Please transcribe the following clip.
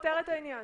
פותר את העניין.